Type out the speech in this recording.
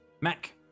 Mac